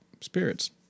spirits